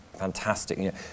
fantastic